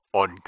on